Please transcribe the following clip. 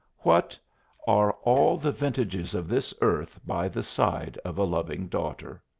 what are all the vintages of this earth by the side of a loving daughter?